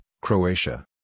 Croatia